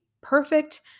perfect